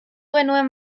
genuen